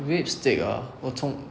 rib stick ah 我从